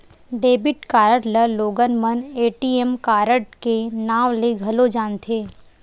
debit card ल लोगन मन ए.टी.एम कारड के नांव ले घलो जानथे